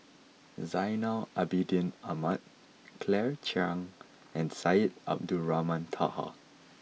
Zainal Abidin Ahmad Claire Chiang and Syed Abdulrahman Taha